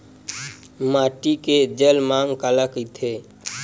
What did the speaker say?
माटी के जलमांग काला कइथे?